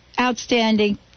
Outstanding